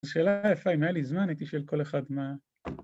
‫שאלה יפה, אם היה לי זמן, ‫הייתי שואל כל אחד מה...